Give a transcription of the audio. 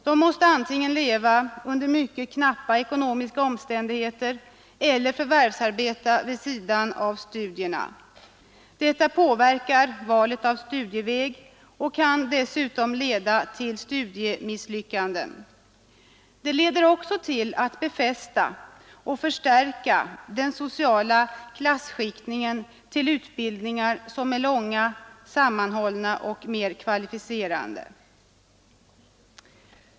De måste antingen leva i mycket knappa ekonomiska omständigheter eller förvärvsarbeta vid sidan av studierna. Detta påverkar valet av studieväg och kan dessutom leda till studiemisslyckanden. Det befäster och förstärker också den sociala klasskiktningen till utbildningar som är långa, sammanhållna och mera kvalificerande.